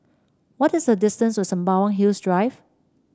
what is the distance to Sembawang Hills Drive